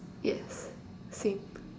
yes same